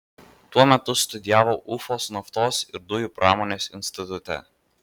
tuo metu studijavo ufos naftos ir dujų pramonės institute